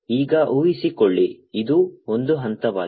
ಈಗ ಊಹಿಸಿಕೊಳ್ಳಿ ಇದು ಒಂದು ಹಂತವಾಗಿದೆ